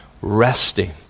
resting